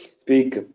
speak